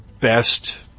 best